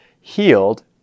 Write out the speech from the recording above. healed